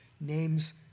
name's